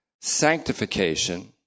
sanctification